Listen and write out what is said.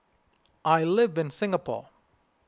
I live in Singapore